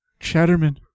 Chatterman